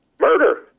Murder